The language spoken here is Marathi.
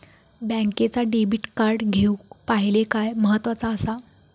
बँकेचा डेबिट कार्ड घेउक पाहिले काय महत्वाचा असा?